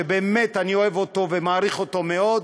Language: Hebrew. ואני באמת אוהב אותו ומעריך אותו מאוד,